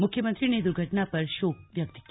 मुख्यमंत्री ने दुर्घटना पर शोक व्यक्त किया